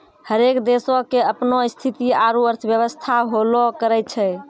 हरेक देशो के अपनो स्थिति आरु अर्थव्यवस्था होलो करै छै